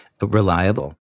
reliable